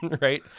right